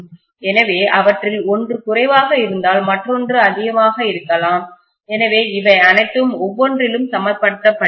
எனவே அவற்றில் ஒன்று குறைவாக இருந்தால் மற்றொன்று அதிகமாக இருக்கலாம் எனவே அவை அனைத்தும் ஒவ்வொன்றிலும் சமப்படுத்தப்படுகின்றன